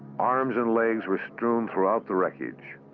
arms and legs were strewn throughout the wreckage.